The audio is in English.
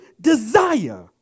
desire